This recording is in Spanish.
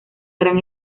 gran